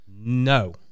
No